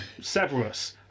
Severus